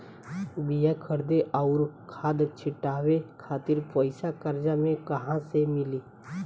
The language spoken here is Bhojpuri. बीया खरीदे आउर खाद छिटवावे खातिर पईसा कर्जा मे कहाँसे मिली?